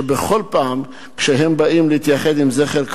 שבכל פעם שהם באים להתייחד עם זכר קרוביהם,